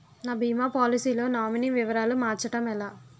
నా భీమా పోలసీ లో నామినీ వివరాలు మార్చటం ఎలా?